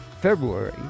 February